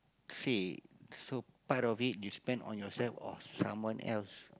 say so part of it you spend on yourself or someone else